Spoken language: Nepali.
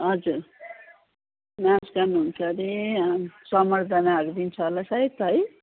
हजुर नाचगान हुन्छ अरे अँ सम्बर्द्धनाहरू दिन्छ होला सायद है